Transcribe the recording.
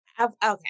Okay